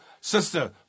sister